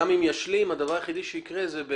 גם אם ישלים, הדבר היחידי שיקרה זה,